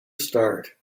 start